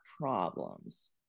problems